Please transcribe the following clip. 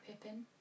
Pippin